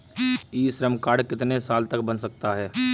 ई Shram card कितने साल तक बन सकता है?